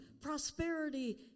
prosperity